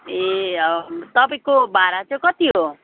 ए अँ तपाईँको भाडा चाहिँ कति हो